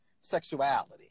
sexuality